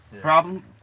problem